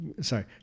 sorry